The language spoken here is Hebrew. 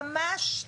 ממש,